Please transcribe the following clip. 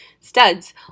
studs